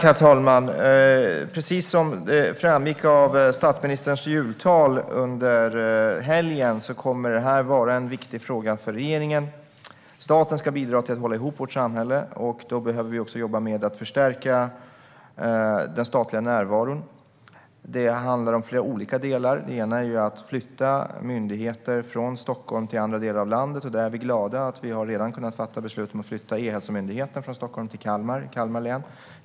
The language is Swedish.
Herr talman! Precis som framgick av statsministerns jultal under helgen kommer detta att vara en viktig fråga för regeringen. Staten ska bidra till att hålla ihop vårt samhälle. Då behöver vi också jobba med att förstärka den statliga närvaron. Det handlar om flera olika delar. En är att flytta myndigheter från Stockholm till andra delar av landet. Vi är glada över att vi redan har kunnat fatta beslut om att flytta E-hälsomyndigheten från Stockholm till Kalmar län.